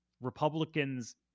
Republicans